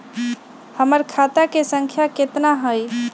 हमर खाता के सांख्या कतना हई?